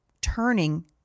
turning